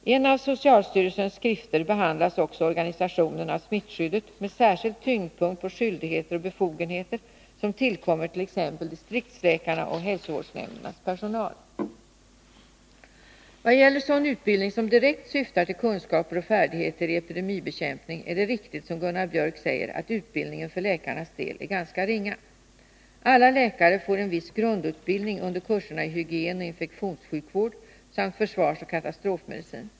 I en av socialstyrelsens skrifter behandlas också organisationen av smittskyddet med särskild tyngdpunkt på skyldigheter och befogenheter som tillkommer t.ex. distriktsläkarna och hälsovårdsnämndens personal. Vad gäller sådan utbildning som direkt syftar till kunskaper och färdigheter i epidemibekämpning är det riktigt som Gunnar Biörck säger, att utbildningen för läkarnas del är ganska ringa. Alla läkare får en viss grundutbildning under kurserna i hygien och infektionssjukvård samt försvarsoch katastrofmedicin.